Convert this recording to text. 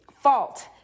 fault